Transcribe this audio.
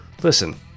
Listen